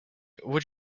would